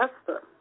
Esther